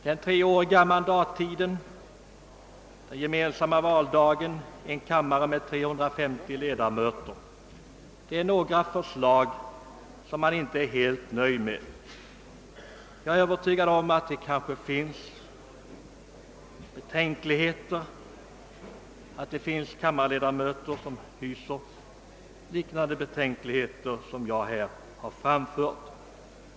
Den treåriga mandattiden, den gemensamma valdagen och en kammare med 350 ledamöter är några förslag som jag inte är helt nöjd med. Jag är övertygad om att det finns kammarledamöter som hyser betänkligheter liknande dem jag här har framfört.